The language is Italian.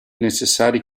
necessari